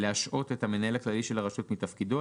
להשעות את המנהל הכללי של הרשות מתפקידו,